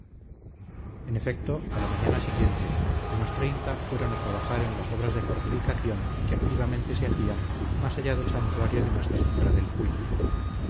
en efecto a la mañana siguiente unos treinta fueron a trabajar en las obras de fortificación que activamente se hacían más allá del santuario de nuestra señora del puy